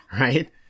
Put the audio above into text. Right